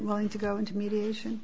willing to go into mediation